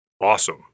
awesome